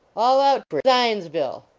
all out for zionsville!